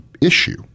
issue